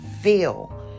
Feel